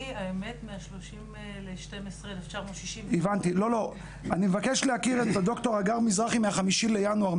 אני מה-30 לדצמבר 1969. אני מבקש להכיר את דר' הגר מזרחי מה-5 לינואר,